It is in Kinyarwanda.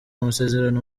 amasezerano